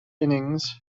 innings